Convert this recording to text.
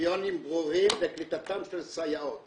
קריטריונים ברורים לקליטתן של סייעות.